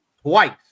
twice